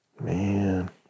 Man